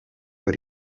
but